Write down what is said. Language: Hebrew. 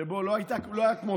שלא היה כמותו